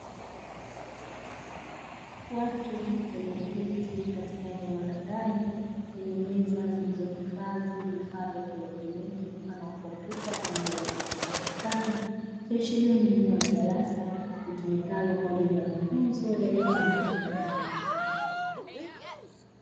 Watu walioketi katika eneo la ndani, lenye meza zilizohifadhi vifaa vya kieletroniki mfano wa komputa pamoja na komputa mpakato, ikiashiria ni eneo la darasa litumikalo kwaajili ya mafunzo ya elimu ya ufundi .